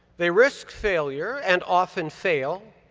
they risk failure and often fail,